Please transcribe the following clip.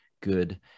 good